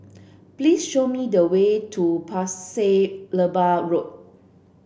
please show me the way to Pasir Laba Road